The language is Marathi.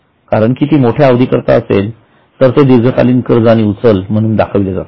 आणि कारण कि ते मोठ्या अवधी करिता असेल तर ते दीर्घकालीन कर्ज आणि उचल म्हणून दाखविले जाते